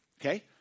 Okay